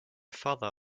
father